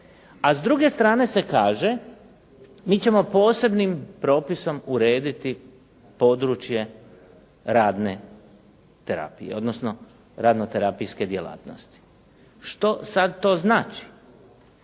a s druge strane se kaže, mi ćemo posebnim propisom urediti područje radne terapije, odnosno radne terapijske djelatnosti. Što sada to znači?